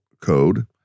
code